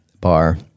bar